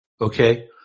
okay